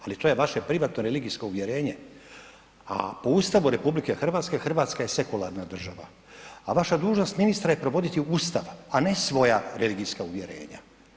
Ali to je vaše privatno religijsko uvjerenje, a po Ustavu RH Hrvatska je sekularna država, a vaša dužnost ministra je provoditi Ustav, a ne svoja religijska uvjerenja.